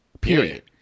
Period